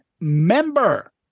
member